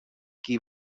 qui